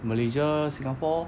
malaysia singapore